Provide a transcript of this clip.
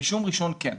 רישום ראשון, כן.